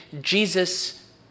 Jesus